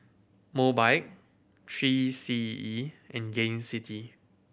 Mobike Three C E and Gain City